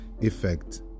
effect